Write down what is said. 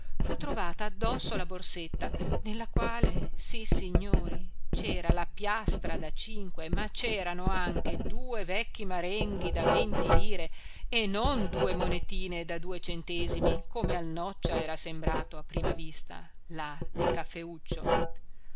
fu trovata addosso la borsetta nella quale sissignori c'era la piastra da cinque ma c'erano anche due vecchi marenghi da venti lire e non due monetine da due centesimi come al noccia era sembrato a prima vista là nel caffeuccio